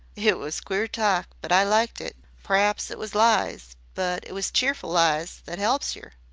it was queer talk! but i liked it. p'raps it was lies, but it was cheerfle lies that elps yer.